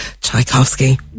Tchaikovsky